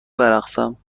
برقصم